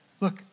Look